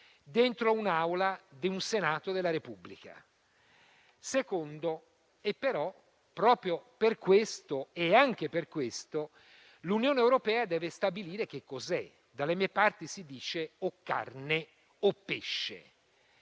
di un'Aula del Senato della Repubblica. Ma proprio per questo e anche per questo l'Unione europea deve stabilire che cos'è. Dalle mie parti si dice: o carne o pesce.